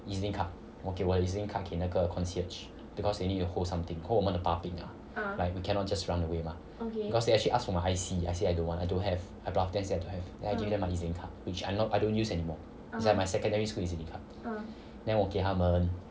E_Z link card 我给我的 E_Z link card 给那个 concierge because they need to hold something hold 我们的把柄啊 like we cannot just run away lah cause they actually ask for my I_C I say I don't have I bluff them say I don't have then I give them my E_Z link card which I don't use anymore is like my secondary school E_Z link card then 我给他们